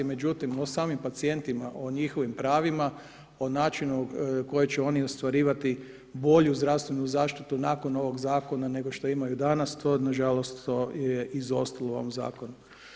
Međutim, o samim pacijentima, o njihovim pravima, o načinu koji će oni ostvarivati bolju zdravstvenu zaštitu nakon ovog zakona, nego što imaju danas, to na žalost, to je izostalo u ovom zakonu.